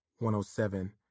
107